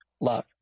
love